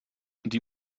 die